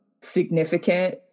significant